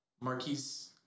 Marquise